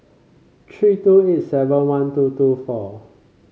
three two eight seven one two two four